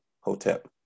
Hotep